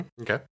Okay